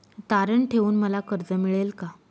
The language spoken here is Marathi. तारण ठेवून मला कर्ज मिळेल का?